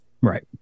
Right